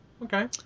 Okay